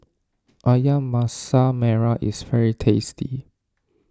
Ayam Masak Merah is very tasty